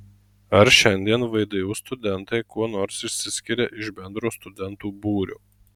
ar šiandien vdu studentai kuo nors išsiskiria iš bendro studentų būrio